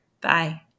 Bye